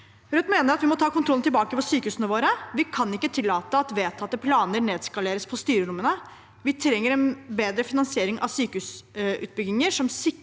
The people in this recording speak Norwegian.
Rødt mener at vi må ta tilbake kontrollen over sykehusene våre. Vi kan ikke tillate at vedtatte planer nedskaleres på styrerommene. Vi trenger en bedre finansiering av sykehusutbygginger, som sikrer